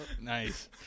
nice